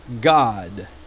God